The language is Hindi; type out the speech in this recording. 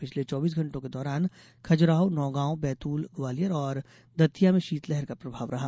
पिछले चौबीस घंटों के दौरान खजुराहो नौगांव बैतूल ग्वालियर और दतिया में शीतलहर का प्रभाव रहा